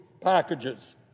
packages